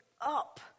up